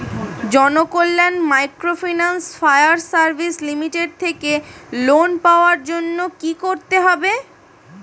Janakalyan microfinance fire service limited থেকে loan পাওয়ার জন্য কি করতে হবে?